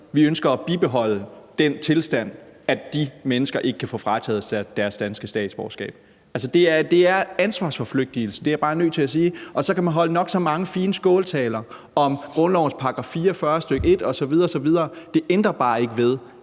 Man ønsker at bibeholde den tilstand, at de mennesker ikke kan få frataget deres danske statsborgerskab. Det er ansvarsforflygtigelse. Det er jeg bare nødt til at sige, og så kan man holde nok så mange fine skåltaler om grundlovens § 44, stk. 1, osv. osv. Det ændrer bare ikke ved